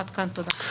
עד כאן, תודה.